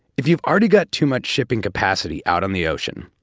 if you've already got too much shipping capacity out on the ocean,